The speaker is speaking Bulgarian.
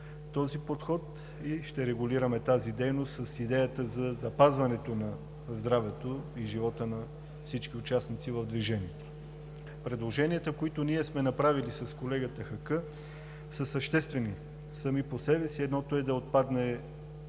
този подход и ще регулираме тази дейност с идеята за запазването на здравето и живота на всички участници в движението. Предложенията, които ние сме направили с колегата Хаккъ, са съществени сами по себе си. Едното е да отпадне